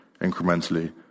incrementally